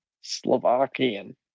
Slovakian